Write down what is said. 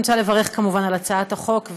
אני רוצה לברך כמובן על הצעת החוק,